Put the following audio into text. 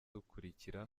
dukurikira